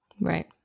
Right